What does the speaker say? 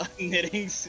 knitting